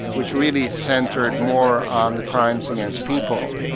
which really centred more on the crimes against people,